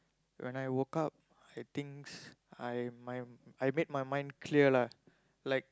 when I woke up I thinks I my I made my mind clear lah like